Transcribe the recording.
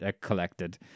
collected